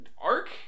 arc